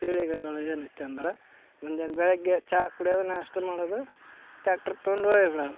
ಪೀಳಿಗೆಗಳು ಏನೈತೆ ಅಂದ್ರೆ ಮುಂಜಾನೆ ಬೆಳಗ್ಗೆ ಚಾ ಕುಡಿಯೋದು ನಾಷ್ಟಾ ಮಾಡೋದು ಟ್ಯಾಕ್ಟ್ರು ತಗೊಂಡು ಹೋಗೆ ಬಿಡೋದು